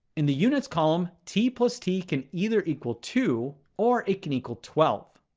in the unit's column, t plus t can either equal two or it can equal twelve.